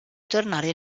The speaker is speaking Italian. tornare